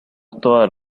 todas